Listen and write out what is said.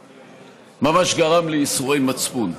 שממש גרם לי ייסורי מצפון: